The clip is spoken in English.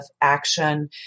action